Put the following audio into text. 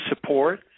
support